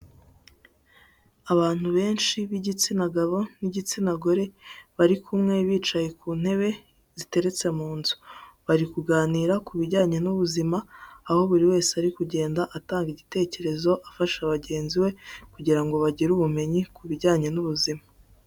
Abantu benshi b'igitsina gabo n'igitsina gore, bari kumwe bicaye ku ntebe ziteretse mu nzu, bari kuganira ku bijyanye n'ubuzima, aho buri wese ari kugenda atanga igitekerezo, afasha bagenzi be kugira ngo bagire ubumenyi ku bijyanye n'ubuzima.